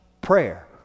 prayer